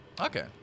Okay